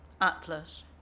Atlas